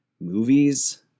movies